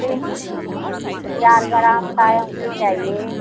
तीन चार ग्राम का अँगूठी चाहिए